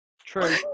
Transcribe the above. true